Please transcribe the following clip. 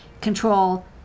control